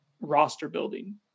roster-building